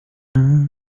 ati